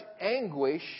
anguish